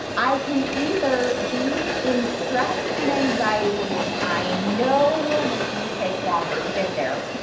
i can either be in stress and anxiety, which i know will make me take longer to get there,